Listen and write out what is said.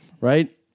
right